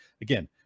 Again